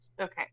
okay